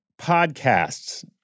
podcasts